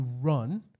run